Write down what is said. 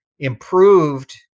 improved